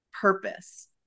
purpose